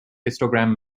histogram